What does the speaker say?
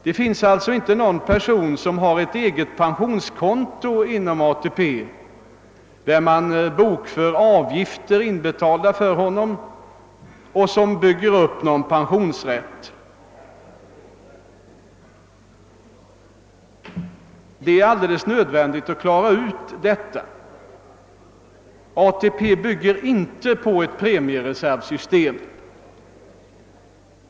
Det finns således ingen som har ett eget pensionskonto inom ATP, på vilket man bokför avgifter inbetalade för honom och som bygger upp någon pensionsrätt. Det är alldeles nödvändigt att klara ut detta: ATP bygger inte på ett premiereservsystem.